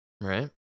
right